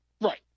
Right